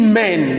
men